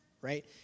right